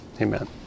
Amen